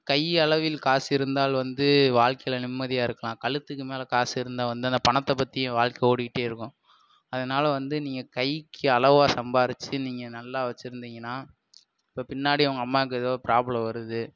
கையளவில் காசு இருந்தால் வந்து வாழ்க்கையில் நிம்மதியாக இருக்கலாம் கழுத்துக்கு மேலே காசு இருந்தால் வந்து அந்த பணத்தை பற்றியே வாழ்க்கை ஓடிட்டேயிருக்கும் அதனால் வந்து நீங்கள் கைக்கு அளவாக சம்பாரித்து நீங்கள் நல்லா வச்சிருந்தீங்கனா இப்போ பின்னாடி அவங்க அம்மாக்கு ஏதோ ப்ராப்ளம் வருது